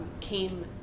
came